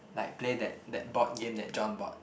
like play that that board game that John bought